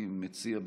אני מציע,